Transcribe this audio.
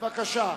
בבקשה.